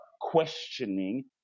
questioning